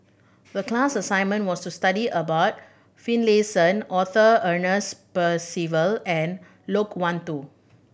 the class assignment was to study about Finlayson Arthur Ernest Percival and Loke Wan Tho